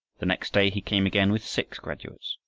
the next day he came again with six graduates,